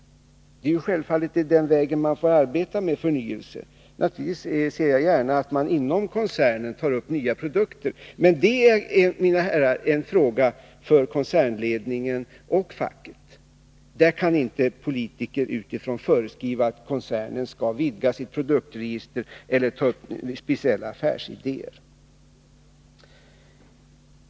Det är självfallet på det sättet man får arbeta för att skapa förnyelse. Naturligtvis ser jag gärna att man inom koncernen tar upp tillverkning av nya produkter, men det är, mina herrar, en fråga för koncernledningen och facket. Där kan inte politiker föreskriva att koncernen skall vidga sitt produktregister eller ta upp speciella affärsidéer.